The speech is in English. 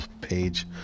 page